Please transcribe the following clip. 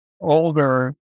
older